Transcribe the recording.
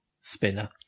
spinner